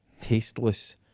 tasteless